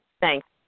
Thanks